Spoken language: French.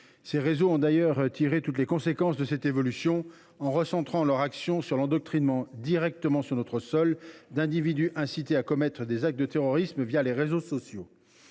Ces réseaux ont d’ailleurs tiré toutes les conséquences de cette évolution en recentrant leur action sur l’endoctrinement, directement sur notre sol, d’individus incités les réseaux sociaux à commettre des actes de terrorisme. En l’état du